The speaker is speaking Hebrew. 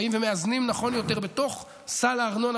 באים ומאזנים נכון יותר בתוך סל הארנונה